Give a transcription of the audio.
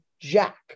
jack